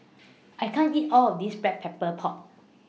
I can't eat All of This Black Pepper Pork